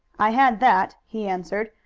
i had that he answered,